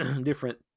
different